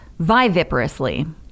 viviparously